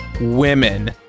women